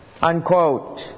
Unquote